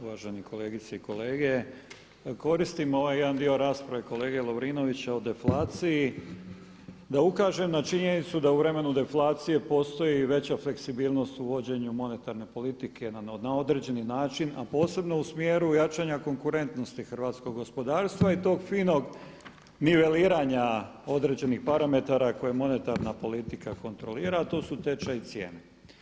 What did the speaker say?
Uvažene kolegice i kolege koristim ovaj jedan dio rasprave kolege Lovrinovića o deflaciji da ukažem na činjenicu da u vremenu deflacije postoji i veća fleksibilnost u vođenju monetarne politike na određeni način, a posebno u smjeru jačanja konkurentnosti hrvatskog gospodarstva i tog finog niveliranja određenih parametara koje monetarna politika kontrolira a to su tečaj i cijene.